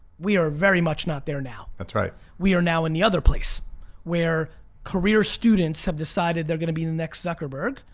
we are very much not there now. that's right. we are now in the other place where career students have decided they're gonna be the next zuckerberg,